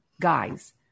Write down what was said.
guys